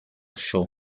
show